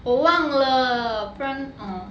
我忘了不然 orh